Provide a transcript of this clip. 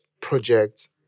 project